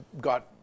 got